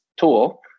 tool